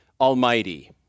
Almighty